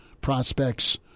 prospects